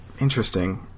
Interesting